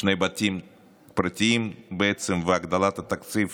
שני בתים פרטיים, בעצם, הגדלת התקציב